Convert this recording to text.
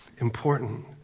Important